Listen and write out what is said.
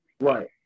Right